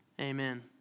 Amen